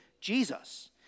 Jesus